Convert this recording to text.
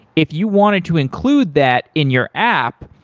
if you wanted to include that in your app,